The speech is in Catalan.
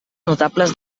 notables